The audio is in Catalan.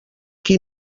qui